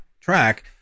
track